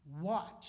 Watch